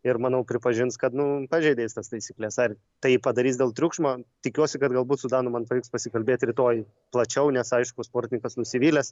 ir manau pripažins kad nu pažeidė jis tas taisykles ar tai padarys dėl triukšmo tikiuosi kad galbūt su danu man pavyks pasikalbėti rytoj plačiau nes aišku sportininkas nusivylęs